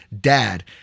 dad